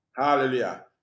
Hallelujah